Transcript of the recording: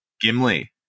Gimli